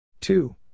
two